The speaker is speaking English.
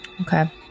Okay